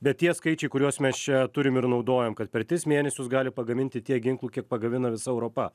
bet tie skaičiai kuriuos mes čia turim ir naudojom kad per tris mėnesius gali pagaminti tiek ginklų kiek pagamina visa europa